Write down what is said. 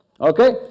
Okay